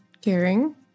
caring